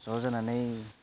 ज' जानानै